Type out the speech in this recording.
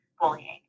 bullying